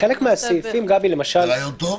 חלק מהסעיפים, גבי, למשל --- זה רעיון טוב?